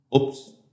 Oops